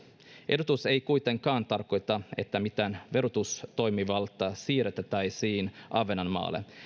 ehdotus ei kuitenkaan tarkoita että mitään verotustoimivaltaa siirrettäisiin ahvenanmaalle